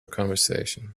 conversation